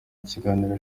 ikiganiro